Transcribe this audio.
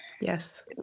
Yes